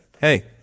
Hey